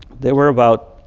they were about,